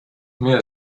mir